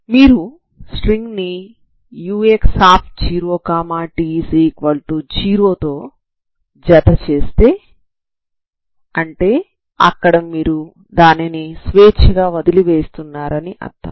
మీరు స్ట్రింగ్ ని ux0t0 తో జత చేస్తే అంటే అక్కడ మీరు దానిని స్వేచ్ఛగా వదిలి వేస్తున్నారని అర్థం